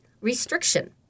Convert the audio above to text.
restriction